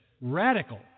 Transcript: radical